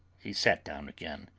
he sat down again,